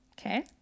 Okay